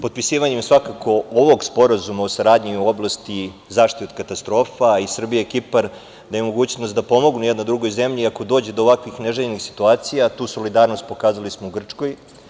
Potpisivanjem svakako ovog Sporazuma o saradnji u oblasti zaštite od katastrofa i Srbija i Kipar daju mogućnost da pomognu jedna drugoj zemlji ako dođe do ovakvih neželjenih situacija, a tu solidarnost pokazali smo u Grčkoj.